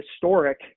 historic